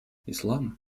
ислам